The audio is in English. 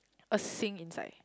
a sink inside